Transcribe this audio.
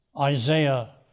Isaiah